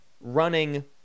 running